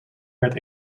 werd